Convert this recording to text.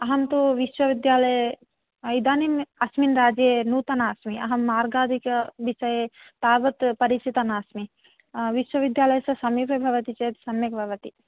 अहं तु विश्वविद्यालये इदानीम् अस्मिन् राज्ये नूतना अस्मि अहं मार्गादिकविषये तावत् परिचिता नास्मि विश्वविद्यालयस्य समीपे भवति चेत् सम्यक् भवति